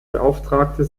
beauftragten